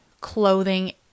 clothing